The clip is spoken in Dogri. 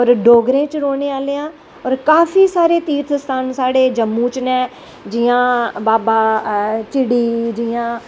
और डोगरें च रौह्नें आह्ले आं और काफी सारे तीर्थ स्थान साढ़े जम्मू च नै जियां बाबा झिड़ी जियां